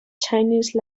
chinese